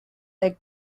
that